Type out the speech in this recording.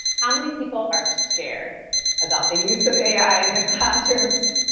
how many people are scared about the use of ai in the classrooms?